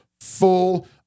full